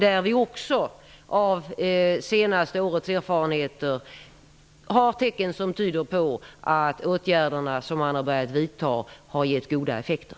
Det senaste årets erfarenheter tyder på att de åtgärder som har vidtagits har gett goda effekter.